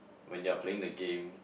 when you're playing the game